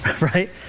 Right